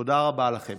תודה רבה לכם.